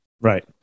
Right